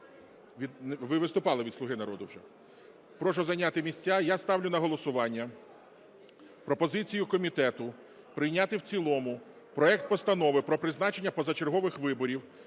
Ви виступали від "Слуги народу" вже. Прошу зайняти місця. Я ставлю на голосування пропозицію комітету прийняти в цілому проект Постанови про призначення позачергових виборів